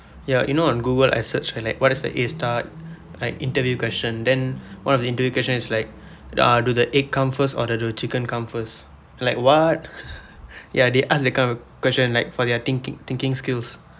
ya you know on Google I searched for like what is the A_STAR like interview question then one of the interview question is like the I do the egg come first or the the chicken come first like what ya they ask that kind of question like for their thinki~ thinking skills